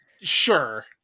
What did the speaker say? sure